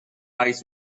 eyes